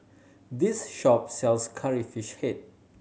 this shop sells Curry Fish Head